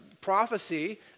prophecy